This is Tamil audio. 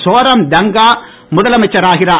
சோராம்தங்கா முதலமைச்சராகிறார்